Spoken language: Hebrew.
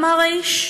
אמר האיש,